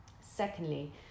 Secondly